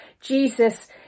Jesus